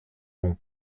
nom